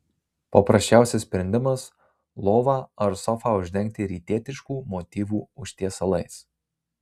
paprasčiausias sprendimas lovą ar sofą uždengti rytietiškų motyvų užtiesalais